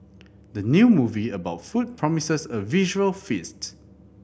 the new movie about food promises a visual feast